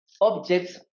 objects